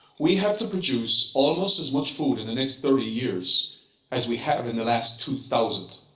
we have to produce almost as much food in the next thirty years as we have in the last two thousand.